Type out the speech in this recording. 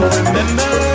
remember